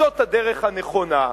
וזאת הדרך הנכונה,